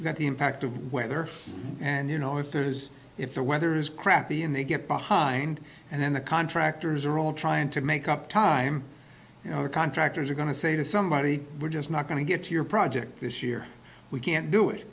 that the impact of weather and you know if there's if the weather is crappy and they get behind and then the contractors are all trying to make up time you know contractors are going to say to somebody we're just not going to get your project this year we can't do it